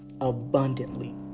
abundantly